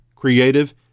creative